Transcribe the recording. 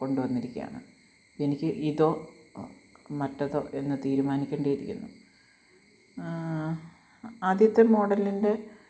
കൊണ്ടു വന്നിരിയ്ക്കയാണ് എനിക്ക് ഇതോ മറ്റെതൊ എന്ന് തീരുമാനിക്കേണ്ടിയിരിക്കുന്നു ആദ്യത്തെ മോഡലിന്റെ